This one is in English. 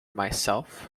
myself